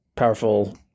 powerful